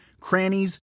crannies